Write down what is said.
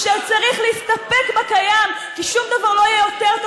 ושהוא צריך להסתפק בקיים כי שום דבר לא יהיה יותר טוב,